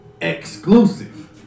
exclusive